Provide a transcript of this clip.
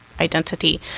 identity